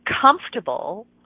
comfortable